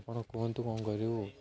ଆପଣ କୁହନ୍ତୁ କ'ଣ କରିବୁ